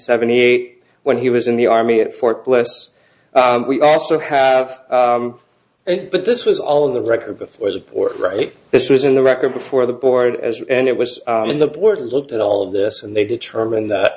seventy eight when he was in the army at fort bliss we also have it but this was all in the record before that or right this was in the record before the board as and it was in the port looked at all of this and they determined th